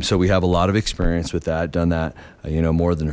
so we have a lot of experience with that done that you know more than